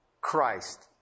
Christ